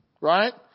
right